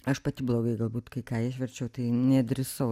aš pati blogai galbūt kai ką išverčiau tai nedrįsau